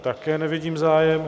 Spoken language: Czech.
Také nevidím zájem.